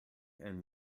and